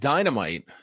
Dynamite